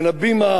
הכול לעשות.